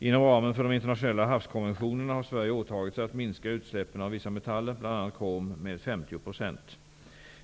Inom ramen för de internationella havskonventionerna har Sverige åtagit sig att minska utsläppen av vissa metaller, bl.a. krom, med 50 %.